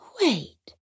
Wait